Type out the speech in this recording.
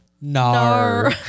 No